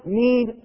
need